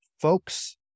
folks